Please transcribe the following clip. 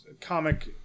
comic